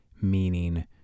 meaning